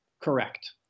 Correct